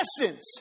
essence